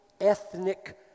ethnic